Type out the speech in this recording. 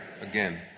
again